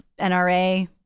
NRA